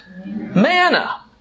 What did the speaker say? Manna